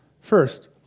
First